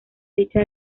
dicha